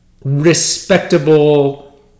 respectable